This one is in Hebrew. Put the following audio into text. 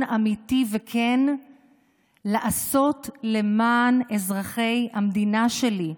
אמיתי וכן לעשות למען אזרחי המדינה שלי,